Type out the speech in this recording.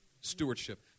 Stewardship